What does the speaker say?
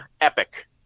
epic